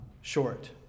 short